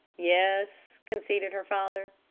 yes, conceded her father.